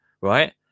right